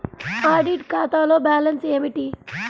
Audit ఖాతాలో balance ఏమిటీ?